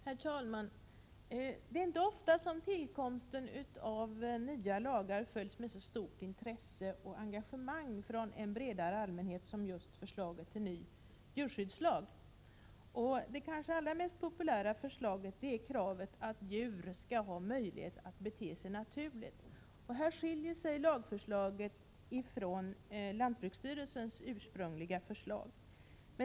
Herr talman! Det är inte ofta som tillkomsten av en ny lag följs med så stort intresse och engagemang från en bredare allmänhet som just förslaget till ny djurskyddslag. Det kanske populäraste förslaget är kravet på att djur skall ha möjlighet att bete sig naturligt. Här skiljer sig lagförslaget från lantbruksstyrelsens ursprungliga förslag.